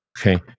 Okay